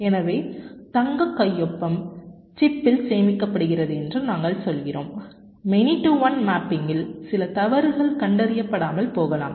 எனவே தங்க கையொப்பம் சிப்பில் சேமிக்கப்படுகிறது என்று நாங்கள் சொல்கிறோம் மெனி டு ஒன் மேப்பிங்கில் சில தவறுகள் கண்டறியப்படாமல் போகலாம்